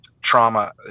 trauma